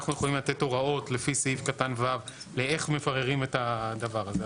אנחנו יכולים לתת הוראות לפי סעיף קטן (ו) לאיך מבררים את הדבר הזה,